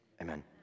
Amen